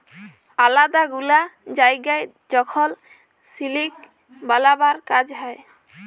আলেদা গুলা জায়গায় যখল সিলিক বালাবার কাজ হ্যয়